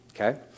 okay